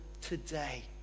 today